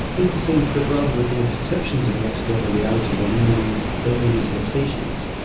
is to think that rather than being perceptions of an external reality, they're merely they're merely sensations.